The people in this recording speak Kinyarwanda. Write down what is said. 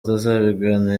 atazibagirana